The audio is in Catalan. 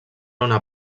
una